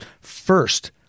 first